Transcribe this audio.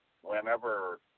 whenever